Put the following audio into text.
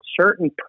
certain